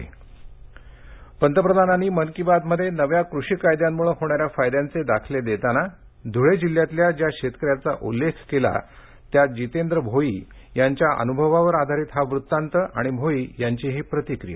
जितेंद्र भोई पंतप्रधानांनी मन की बात मध्ये नव्या कृषी कायद्यांमुळे होणार्या् फायद्यांचे दाखले देताना धुळे जिल्ह्यातल्या ज्या शेतकर्याीचा उल्लेख केला त्या जितेंद्र भोई यांच्या अनुभवावर आधारित हा वृत्तांत आणि भोई यांची ही प्रतिक्रीया